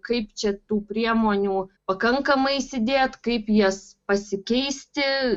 kaip čia tų priemonių pakankamai įsidėti kaip jas pasikeisti